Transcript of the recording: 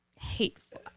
hateful